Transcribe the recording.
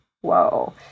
Whoa